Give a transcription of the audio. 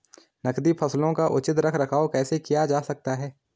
नकदी फसलों का उचित रख रखाव कैसे किया जा सकता है?